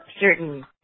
certain